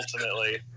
ultimately